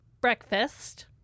breakfast